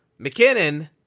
McKinnon